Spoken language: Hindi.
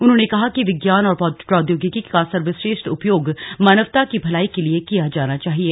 उन्होंने कहा कि विज्ञान और प्रौद्याोगिकी का सर्वश्रेष्ठ उपयोग मानवता की भलाई के लिए किया जाना चाहिये